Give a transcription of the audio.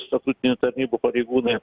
statutinių tarnybų pareigūnai